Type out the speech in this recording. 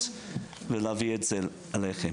בין אם זה במשרד החינוך,